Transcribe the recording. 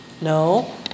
No